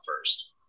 first